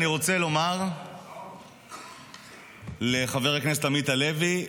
אני רוצה לומר לחבר הכנסת עמית הלוי,